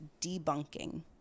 debunking